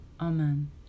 Amen